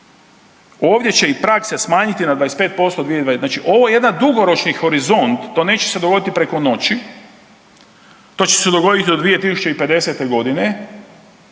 Ovdje će i prakse smanjiti na 25% .../Govornik se ne razumije./... znači ovo je jedna dugoročni horizont, to neće se dogoditi preko noći, to će se dogoditi u 2050. g.